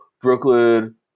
Brooklyn